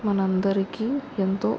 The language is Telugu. మన అందరికీ ఎంతో